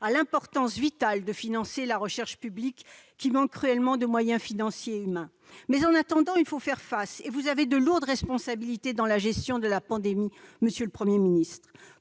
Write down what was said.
à l'importance vitale du financement de la recherche publique, qui manque cruellement de moyens financiers et humains. Mais, en attendant, il faut faire face et vous avez de lourdes responsabilités dans la gestion de la pandémie, monsieur le Premier ministre.